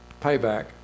Payback